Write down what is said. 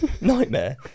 Nightmare